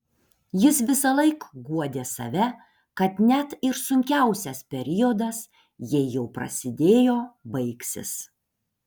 jis visąlaik guodė save kad net ir sunkiausias periodas jei jau prasidėjo baigsis